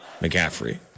McCaffrey